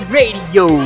Radio